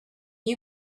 you